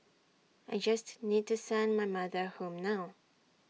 I just need to send my mother home now